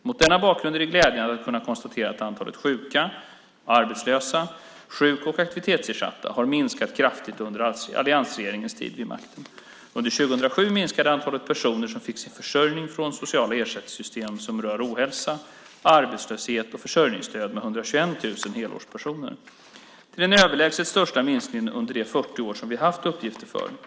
Mot denna bakgrund är det glädjande att kunna konstatera att antalet sjuka, arbetslösa och sjuk och aktivitetsersatta har minskat kraftigt under alliansregeringens tid vid makten. Under 2007 minskade antalet personer som fick sin försörjning från sociala ersättningssystem som rör ohälsa, arbetslöshet och försörjningsstöd med 121 000 helårspersoner. Det är den överlägset största minskningen under de 40 år som vi har uppgifter för.